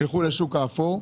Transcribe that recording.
ילכו לשוק האפור,